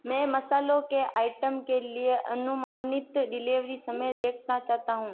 मैं मसालों के आइटम के लिए अनुमानित डिलीवरी समय देखना चाहता हूँ